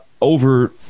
over